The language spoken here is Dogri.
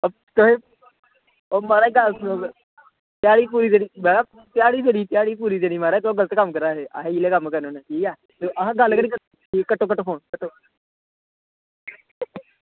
तुसें ओह म्हाराज गल्ल सुनो ध्याड़ी करनी म्हाराज अस ध्याड़ी पूरी करनी तेस एह् गल्ल करा दे ठीक ऐ ठीक ऐ असें गल्ल केह्ड़ी कट्टो कट्टो फोन कट्टो